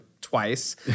twice